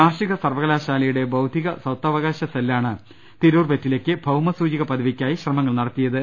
കാർഷിക സർവ്വകലാശാലയുടെ ബൌദ്ധിക സ്വത്തവകാശ സെല്ലാണ് തിരൂർ വെറ്റിലക്ക് ഭൌമസൂചിക പദവിക്കായി ശ്രമങ്ങൾ നടത്തിയത്